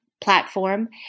platform